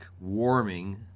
warming